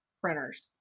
printers